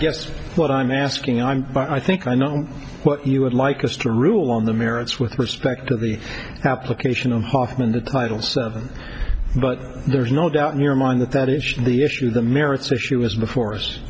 guess what i'm asking i'm but i think i know what you would like us to rule on the merits with respect to the application of hoffman the title seven but there's no doubt in your mind that that is the issue the merits or she was before